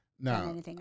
No